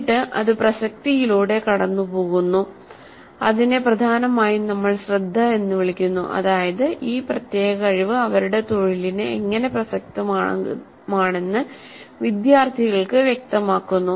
എന്നിട്ട് അത് പ്രസക്തിയിലൂടെ കടന്നുപോകുന്നു അതിനെ പ്രധാനമായും നമ്മൾ ശ്രദ്ധ എന്ന് വിളിക്കുന്നു അതായത് ഈ പ്രത്യേക കഴിവ് അവരുടെ തൊഴിലിന് എങ്ങനെ പ്രസക്തമാണെന്ന് വിദ്യാർത്ഥികൾക്ക് വ്യക്തമാക്കുന്നു